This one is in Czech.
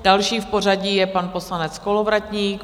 Další v pořadí je pan poslanec Kolovratník.